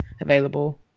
available